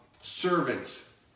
servants